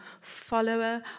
follower